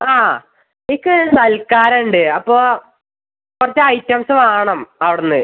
ആ എനിക്ക് സൽക്കാരം ഉണ്ട് അപ്പോൾ കുറച്ച് ഐറ്റംസ്സ് വേണം അവിടെ നിന്ന്